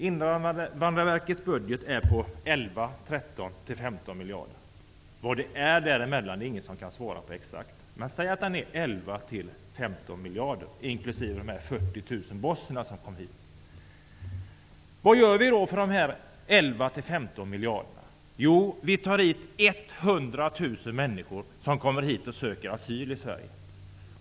Invandrarverkets budget är 11--15 miljarder -- ingen kan säga exakt hur mycket det är fråga om -- inklusive kostnaderna för de 40 000 bosnier som kom hit. Vad gör vi då för de 11--15 miljarderna? Jo, vi tar hit 100 000 människor, som söker asyl här i Sverige.